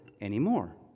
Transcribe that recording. anymore